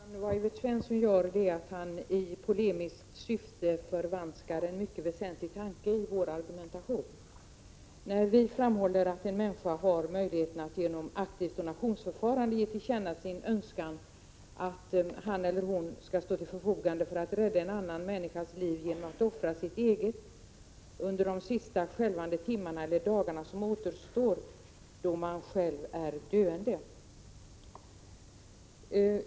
Herr talman! Vad Evert Svensson gör är att han i polemiskt syfte förvanskar en mycket väsentlig tanke i vår argumentation, när vi framhåller att en människa har möjlighet att genom aktivt donationsförfarande ge till känna sin önskan att stå till förfogande för att rädda en annan människas liv genom att offra sitt eget under de sista skälvande timmarna eller dagarna, då man själv är döende.